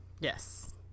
Yes